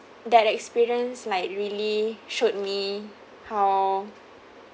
that experience like really showed me how